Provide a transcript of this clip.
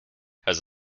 has